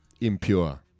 impure